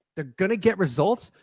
they're going to get results,